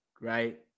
right